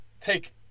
take